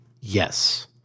Yes